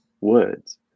words